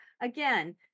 again